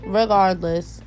regardless